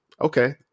Okay